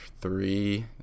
three